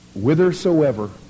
whithersoever